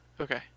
Okay